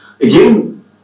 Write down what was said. again